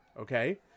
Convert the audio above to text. Okay